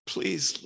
Please